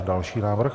Další návrh?